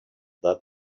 that